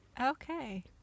okay